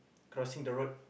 crossing the road